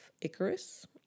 Icarus